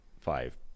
five